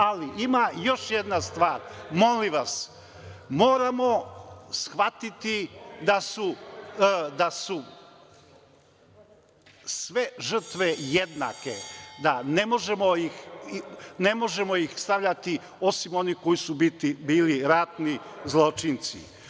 Ali, ima još jedna stvar, molim vas, moramo shvatiti da su sve žrtve jednake, da ne možemo ih stavljati, osim onih koji su bili ratni zločinci.